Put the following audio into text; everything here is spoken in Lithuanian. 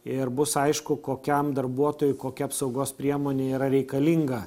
ir bus aišku kokiam darbuotojui kokia apsaugos priemonė yra reikalinga